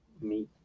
meet